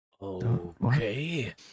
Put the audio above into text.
Okay